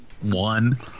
One